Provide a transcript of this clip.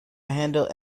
handle